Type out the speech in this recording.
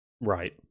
Right